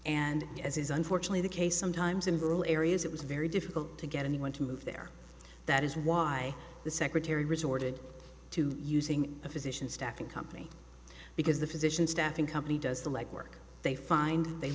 and as is unfortunately the case sometimes in rural areas it was very difficult to get anyone to move there that is why the secretary resorted to using a physician staffing company because the physician staffing company does the legwork they find they